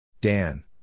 Dan